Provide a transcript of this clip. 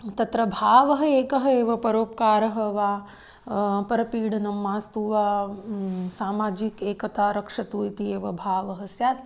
तत्र भावः एकः एव परोपकारः वा परपीडनं मास्तु वा सामाजिकीम् एकतां रक्षतु इति एव भावः स्यात्